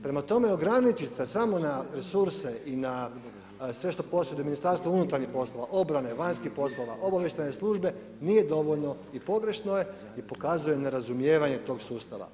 Prema tome, ograničiti se samo na resurse i na sve što posjeduje Ministarstvo unutarnjih poslova, obrane, vanjskih poslova, obavještajne službe, nije dovoljno i pogrešno je i pokazuje nerazumijevanje tog sustava.